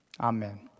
Amen